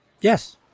Yes